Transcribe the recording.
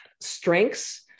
strengths